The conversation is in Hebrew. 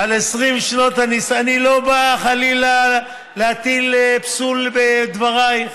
אני לא בא חלילה להטיל פסול בדברייך,